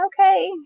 okay